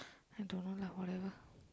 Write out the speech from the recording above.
I don't know lah whatever